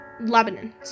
Lebanon